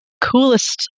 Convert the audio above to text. coolest